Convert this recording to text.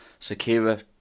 Sakira